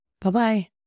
Bye-bye